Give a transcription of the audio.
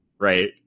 right